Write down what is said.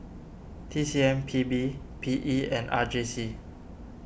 T C M P B P E and R J C